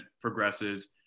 progresses